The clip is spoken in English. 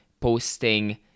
posting